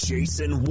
Jason